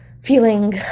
feeling